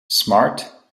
smart